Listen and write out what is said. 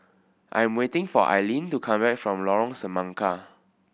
I am waiting for Ailene to come back from Lorong Semangka